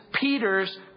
Peter's